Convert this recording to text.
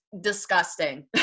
disgusting